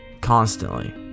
constantly